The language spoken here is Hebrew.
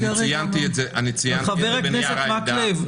אני ציינתי את זה בנייר העמדה.